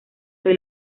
soy